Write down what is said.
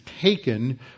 taken